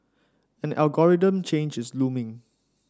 an algorithm change is looming